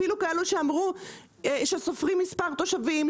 אפילו כאלה שסופרים מספר תושבים,